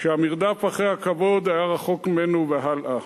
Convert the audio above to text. שהמרדף אחרי הכבוד היה ממנו והלאה.